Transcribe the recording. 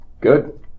good